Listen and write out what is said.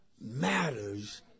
matters